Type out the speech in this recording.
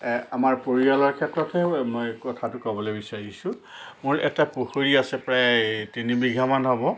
আমাৰ পৰিয়ালৰ ক্ষেত্ৰতে মই কথাটো ক'বলৈ বিচাৰিছোঁ মোৰ এটা পুখুৰী আছে প্ৰায় তিনিবিঘামান হ'ব